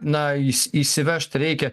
na įs įsivežt reikia